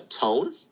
tone